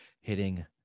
hitting